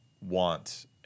want